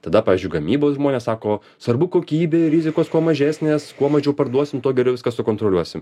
tada pavyzdžiui gamybos žmonės sako svarbu kokybė rizikos kuo mažesnės kuo mažiau parduosim tuo geriau viską sukontroliuosim